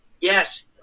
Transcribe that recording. Yes